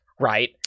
right